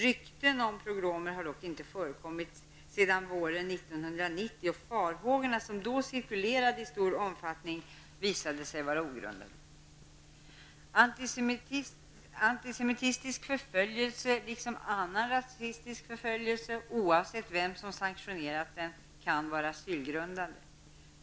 Rykten om pogromer har dock inte förekommit sedan våren 1990, och farhågorna som då cirkulerade i stor omfattning visade sig vara ogrundade. Antisemitisk förföljelse, liksom annan rasistisk förföljelse oavsett vem som sanktionerat den, kan vara asylgrundande.